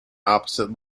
opposite